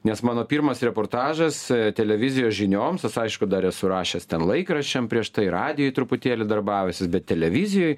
nes mano pirmas reportažas televizijos žinioms as aišku dar esu rašęs ten laikraščiam prieš tai radijuj truputėlį darbavęsis bet televizijoj